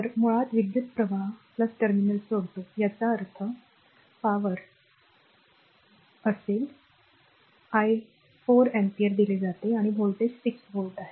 तर मुळात विद्युत प्रवाह r टर्मिनल सोडतो याचा अर्थ r power पॉवर असेल r I 4 अँपिअर दिले जाते आणि व्होल्टेज 6 व्होल्ट आहे